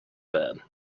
bed